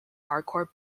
hardcore